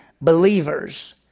believers